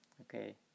Okay